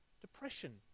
depression